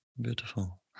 beautiful